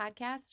podcast